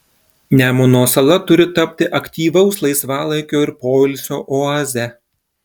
nemuno sala turi tapti aktyvaus laisvalaikio ir poilsio oaze